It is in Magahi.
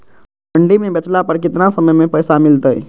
मंडी में बेचला पर कितना समय में पैसा मिलतैय?